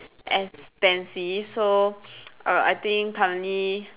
expensive so err I think currently